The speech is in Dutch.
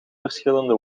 verschillende